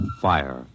fire